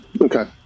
Okay